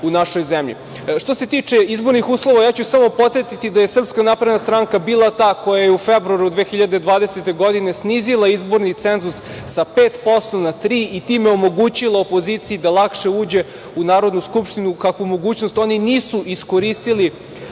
se tiče izborni uslova, ja ću samo podsetiti da je SNS bila ta koja je u februaru 2020. godine snizila izborni cenzus sa 5% na 3% i time omogućila opoziciji da lakše uđe u Narodnu skupštinu. Tu mogućnost oni nisu iskoristili